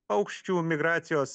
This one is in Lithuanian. paukščių migracijos